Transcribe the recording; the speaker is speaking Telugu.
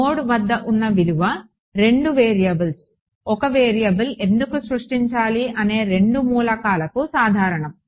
నోడ్ వద్ద ఉన్న విలువ 2 వేరియబుల్స్ 1 వేరియబుల్ ఎందుకు సృష్టించాలి అనే రెండు మూలకాలకు సాధారణం